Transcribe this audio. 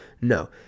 no